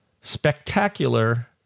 spectacular